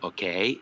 Okay